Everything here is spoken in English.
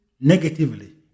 negatively